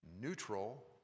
neutral